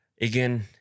Again